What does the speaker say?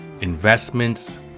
investments